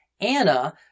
Anna